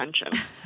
attention